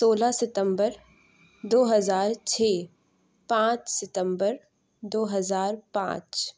سولہ ستمبر دو ہزار چھ پانچ ستمبر دو ہزار پانچ